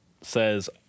says